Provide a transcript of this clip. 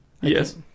Yes